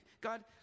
God